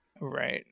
Right